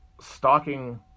stalking